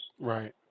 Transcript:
Right